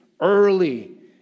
early